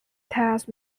test